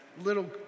little